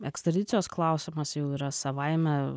ekstradicijos klausimas jau yra savaime